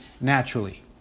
naturally